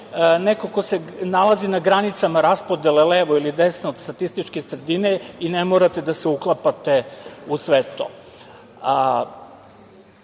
neko ko se nalazi na granicama raspodele levo ili desno od statističke sredine i ne morate da se uklapate u sve to. Ono